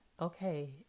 okay